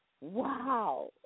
wow